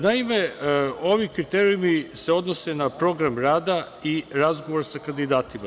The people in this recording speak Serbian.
Naime, ovi kriterijumi se odnose na program rada i razgovor sa kandidatima.